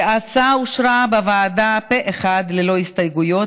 ההצעה אושרה בוועדה פה אחד ללא הסתייגויות,